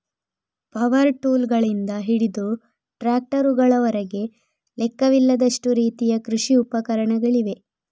power ಟೂಲ್ಗಳಿಂದ ಹಿಡಿದು ಟ್ರಾಕ್ಟರುಗಳವರೆಗೆ ಲೆಕ್ಕವಿಲ್ಲದಷ್ಟು ರೀತಿಯ ಕೃಷಿ ಉಪಕರಣಗಳಿವೆ